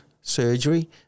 surgery